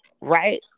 right